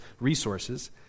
resources